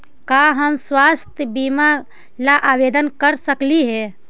का हम स्वास्थ्य बीमा ला आवेदन कर सकली हे?